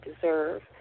deserve